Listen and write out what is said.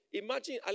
imagine